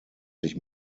sich